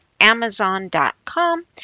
Amazon.com